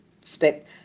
stick